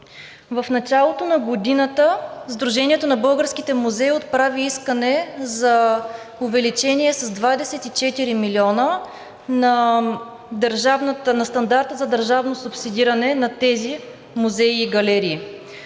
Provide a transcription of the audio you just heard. В началото на годината Сдружението на българските музеи отправи искане за увеличение с 24 милиона на стандарта за държавно субсидиране на тези музеи и галерии.